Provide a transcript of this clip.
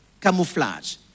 camouflage